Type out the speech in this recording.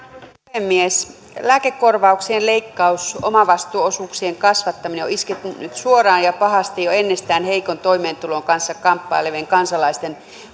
puhemies lääkekorvauksien leikkaus omavastuuosuuksien kasvattaminen on iskenyt suoraan ja pahasti jo ennestään heikon toimeentulon kanssa kamppailevien kansalaisten